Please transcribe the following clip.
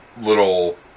Little